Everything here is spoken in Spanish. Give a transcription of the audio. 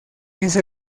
ese